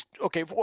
Okay